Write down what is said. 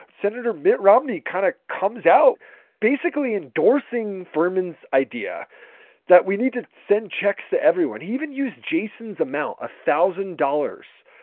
senator mitt romney kind of comes out basically endorsing furman's idea that we need to send checks to everyone. he even used jason's amount one thousand dollars.